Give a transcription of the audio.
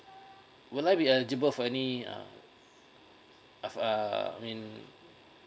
would like we eligible for any uh I've uh I mean